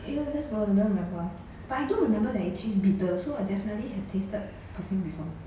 !eeyer! that's I don't remember but I don't remember that it taste bitter so I definitely have tasted perfume before